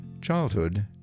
Childhood